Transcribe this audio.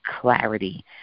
clarity